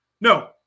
no